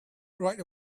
right